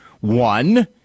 One